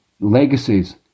legacies